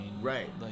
Right